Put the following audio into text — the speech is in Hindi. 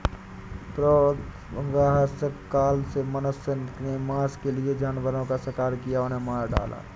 प्रागैतिहासिक काल से मनुष्य ने मांस के लिए जानवरों का शिकार किया, उन्हें मार डाला